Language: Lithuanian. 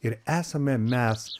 ir esame mes